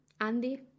Andy